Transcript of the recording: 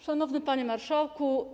Szanowny Panie Marszałku!